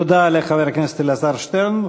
תודה לחבר הכנסת אלעזר שטרן.